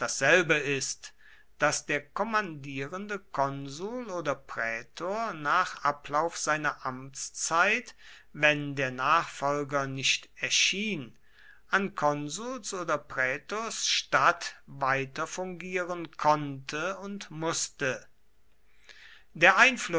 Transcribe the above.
dasselbe ist daß der kommandierende konsul oder prätor nach ablauf seiner amtszeit wenn der nachfolger nicht erschien an konsuls oder prätors statt weiter fungieren konnte und mußte